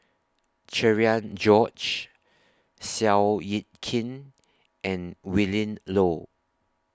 Cherian George Seow Yit Kin and Willin Low